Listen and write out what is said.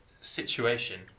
situation